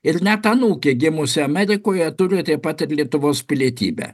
ir net anūkė gimusi amerikoje turi taip pat ir lietuvos pilietybę